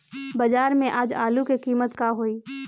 बाजार में आज आलू के कीमत का होई?